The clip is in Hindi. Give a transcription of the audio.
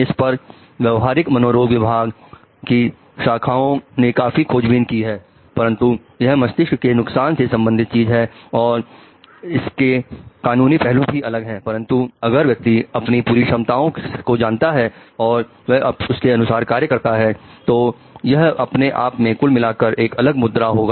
इस पर व्यवहारिक मनोरोग विभाग की शाखाओं ने काफी खोजबीन की है क्योंकि यह मस्तिष्क के नुकसान से संबंधित चीज है और इसके कानूनी पहलू भी अलग है परंतु अगर व्यक्ति अपनी पूरी क्षमताओं को जानता है और वह उसके अनुसार कार्य करता है तो यह अपने आप में कुल मिलाकर एक अलग मुद्दा होगा